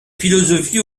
philosophie